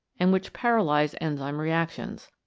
and which paralyse enzyme reactions.